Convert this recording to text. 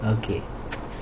okay